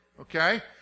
okay